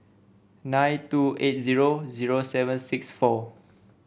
nine two eight zero zero seven six four